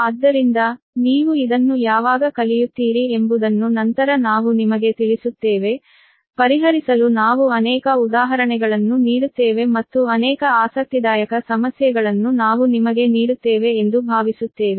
ಆದ್ದರಿಂದ ನೀವು ಇದನ್ನು ಯಾವಾಗ ಕಲಿಯುತ್ತೀರಿ ಎಂಬುದನ್ನು ನಂತರ ನಾವು ನಿಮಗೆ ತಿಳಿಸುತ್ತೇವೆ ಪರಿಹರಿಸಲು ನಾವು ಅನೇಕ ಉದಾಹರಣೆಗಳನ್ನು ನೀಡುತ್ತೇವೆ ಮತ್ತು ಅನೇಕ ಆಸಕ್ತಿದಾಯಕ ಸಮಸ್ಯೆಗಳನ್ನು ನಾವು ನಿಮಗೆ ನೀಡುತ್ತೇವೆ ಎಂದು ಭಾವಿಸುತ್ತೇವೆ